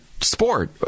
sport